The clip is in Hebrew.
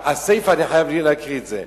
הסיפא, אני חייב להקריא את זה: